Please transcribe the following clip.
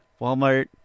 Walmart